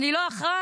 אני לא אחראי,